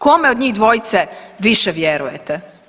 Kome od njih dvojice više vjerujete?